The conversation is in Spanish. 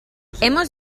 hemos